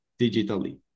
digitally